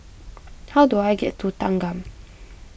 how do I get to Thanggam